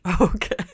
Okay